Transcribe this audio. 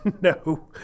No